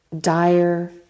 dire